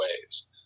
ways